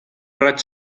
raig